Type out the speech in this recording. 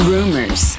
Rumors